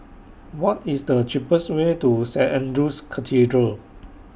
What IS The cheapest Way to Saint Andrew's Cathedral